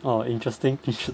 orh interesting